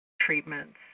treatments